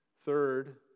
Third